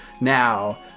now